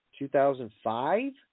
2005